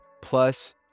plus